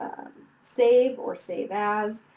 save or save as,